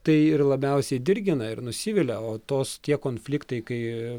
tai ir labiausiai dirgina ir nusivilia o tos tie konfliktai kai